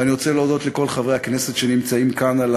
ואני רוצה להודות לכל חברי הכנסת שנמצאים כאן על